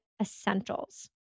essentials